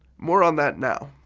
more on that now.